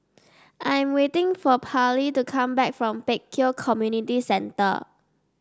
I'm waiting for Pallie to come back from Pek Kio Community Centre